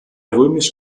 römisch